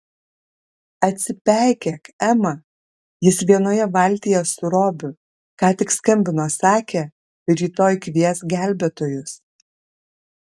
atsipeikėk ema jis vienoje valtyje su robiu ką tik skambino sakė rytoj kvies gelbėtojus